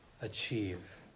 achieve